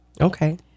Okay